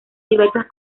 diversas